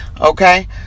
Okay